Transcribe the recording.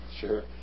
Sure